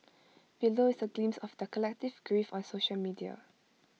below is A glimpse of their collective grief on social media